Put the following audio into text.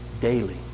daily